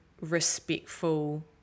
respectful